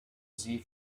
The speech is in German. sie